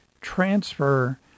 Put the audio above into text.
transfer